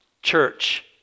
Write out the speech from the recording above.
church